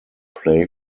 play